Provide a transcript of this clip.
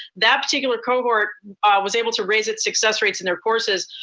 that particular cohort was able to raise its success rates in their courses,